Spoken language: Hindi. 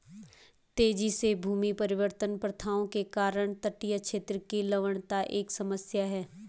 तेजी से भूमि परिवर्तन प्रथाओं के कारण तटीय क्षेत्र की लवणता एक समस्या है